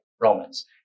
Romans